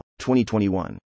2021